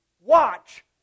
watch